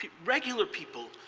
regular people,